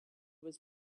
was